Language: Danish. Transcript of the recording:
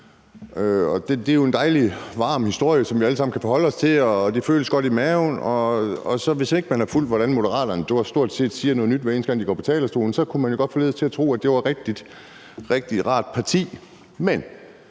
Det er jo en dejlig, varm historie, som vi alle sammen kan forholde os til, og det føles godt i maven, og hvis ikke man har fulgt, hvordan Moderaterne stort set siger noget nyt, hver eneste gang de går på talerstolen, kunne man godt forledes til at tro, at det var et rigtig rart parti.